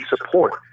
support